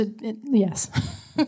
yes